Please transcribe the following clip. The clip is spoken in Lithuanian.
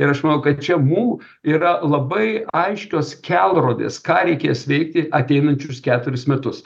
ir aš manau kad čia mum yra labai aiškios kelrodės ką reikės veikti ateinančius keturis metus